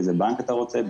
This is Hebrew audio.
איזה בנק אתה רוצה,